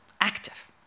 active